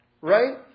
Right